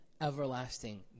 everlasting